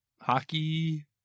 hockey